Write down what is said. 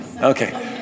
okay